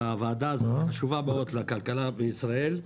הוועדה הזאת חשוב מאוד לכלכלה בישראל.